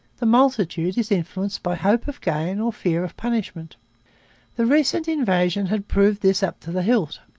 the multitude is influenced by hope of gain or fear of punishment the recent invasion had proved this up to the hilt.